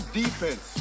defense